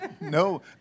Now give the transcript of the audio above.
No